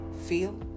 feel